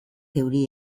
euri